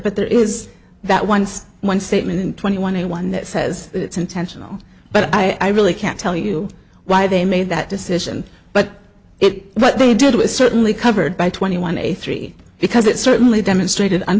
but there is that once one statement in twenty one a one that says it's intentional but i really can't tell you why they made that decision but it what they did was certainly covered by twenty one a three because it certainly demonstrated